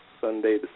Sunday